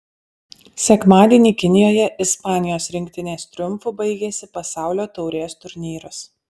sekmadienį kinijoje ispanijos rinktinės triumfu baigėsi pasaulio taurės turnyras